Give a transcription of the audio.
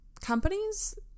Companies